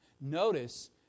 Notice